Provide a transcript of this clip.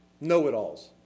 Know-it-alls